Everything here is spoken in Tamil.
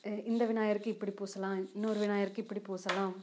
இந்த விநாயகருக்கு இப்படி பூசலாம் இன்னொரு விநாயகருக்கு இப்படி பூசலாம்